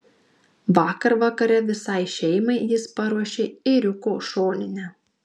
vakar vakare visai šeimai jis paruošė ėriuko šoninę